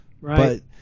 Right